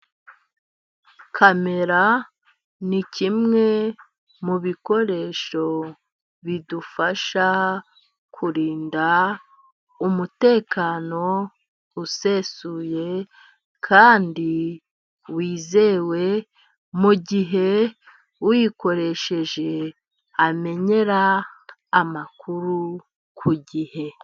kamera ni kimwe mu bikoresho bidufasha kurinda umutekano usesuye kandi wizewe, mu gihe uyikoresheje amenyera amakuru ku gihe.